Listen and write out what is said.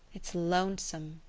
it's lonesome!